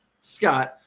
Scott